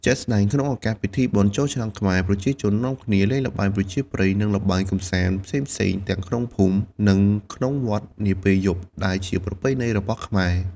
ជាក់ស្ដែងក្នុងឱកាសពិធីបុណ្យចូលឆ្នាំខ្មែរ ប្រជាជននាំគ្នាលេងល្បែងប្រជាប្រិយ និងល្បែងកម្សាន្តផ្សេងៗទាំងក្នុងភូមិ និងក្នុងវត្តនាពេលយប់ ដែលជាប្រពៃណីរបស់ខ្មែរ។